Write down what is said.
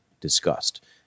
discussed